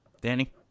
Danny